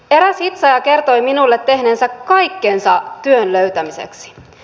eräs hitsaaja kertoi minulle tehneensä kaikkensa työn löytämiseksi